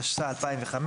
התשס"ה-2005,